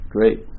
Great